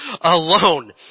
alone